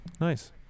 Nice